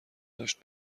داشت